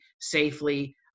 safely